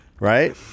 Right